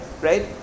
right